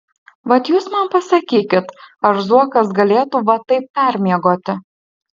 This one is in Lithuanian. vat jūs man pasakykit ar zuokas galėtų va taip permiegoti